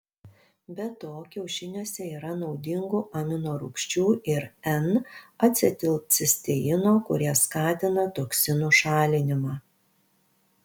be to kiaušiniuose yra naudingų aminorūgščių ir n acetilcisteino kurie skatina toksinų šalinimą